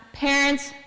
parents,